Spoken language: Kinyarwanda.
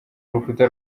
urukuta